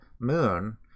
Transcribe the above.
moon